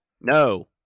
No